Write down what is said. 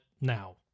now